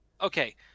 Okay